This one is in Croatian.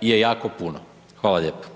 je jako puno. Hvala lijepo.